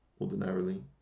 ordinarily